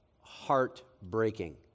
heartbreaking